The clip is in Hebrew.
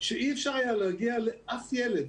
שאי אפשר היה להגיע לאף ילד.